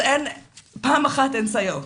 דבר ראשון, אין סייעות.